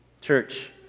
Church